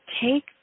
take